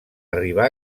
arribar